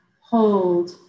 Hold